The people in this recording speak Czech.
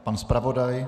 Pan zpravodaj?